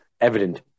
evident